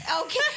Okay